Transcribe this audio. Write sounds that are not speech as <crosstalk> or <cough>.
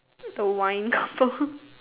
the wine couple <laughs>